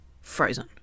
Frozen